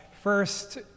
first